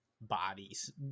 bodies